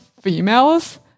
females